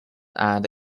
and